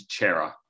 Chera